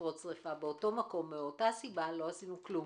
תפרוץ שריפה באותו מקום מאותה סיבה לא עשינו כלום,